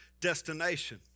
destination